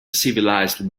civilized